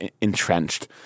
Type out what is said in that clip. entrenched